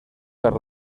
per